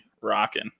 rocking